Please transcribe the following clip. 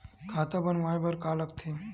खाता बनवाय बर का का लगथे?